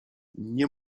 nie